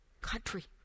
country